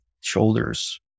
shoulders